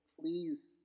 please